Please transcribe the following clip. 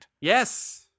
Yes